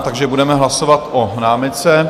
Takže budeme hlasovat o námitce.